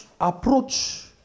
approach